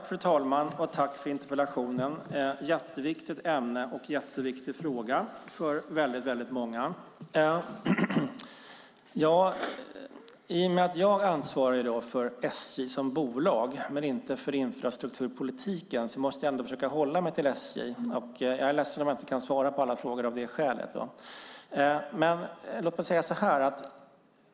Fru talman! Tack för interpellationen! Det är ett jätteviktigt ämne och en jätteviktig fråga för väldigt många. I och med att jag är ansvarig för SJ som bolag men inte för infrastrukturpolitiken måste jag ändå försöka hålla mig till SJ. Jag är ledsen om jag inte kan svara på alla frågor av det skälet.